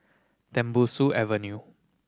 Tembusu Avenue